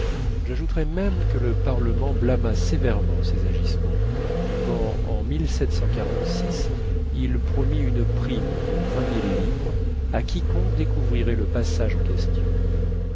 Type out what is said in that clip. j'ajouterai même que le parlement blâma sévèrement ses agissements quand en il promit une prime de vingt mille livres à quiconque découvrirait le passage en question